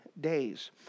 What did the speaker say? days